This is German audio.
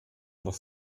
noch